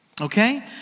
Okay